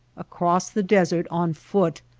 across the desert on foot,